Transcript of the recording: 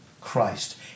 Christ